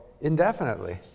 indefinitely